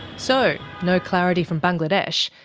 so no clarity from bangladesh.